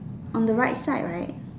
on the right side right